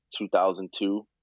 2002